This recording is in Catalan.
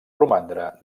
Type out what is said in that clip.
romandre